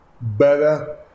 better